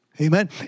Amen